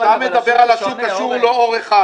כשאתה מדבר על השוק השוק הוא לא עור אחד.